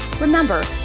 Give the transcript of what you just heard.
Remember